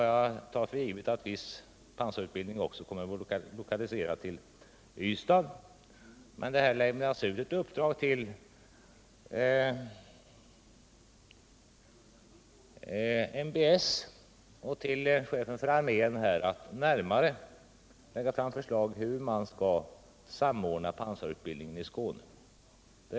Jag tar för givet att viss pansarutbildning också kommer att lokaliseras till Ystad. Det ankommer emellertid nu på ÖB att lägga fram ett närmare förslag till samordning av pansarutbildningen i Skåne.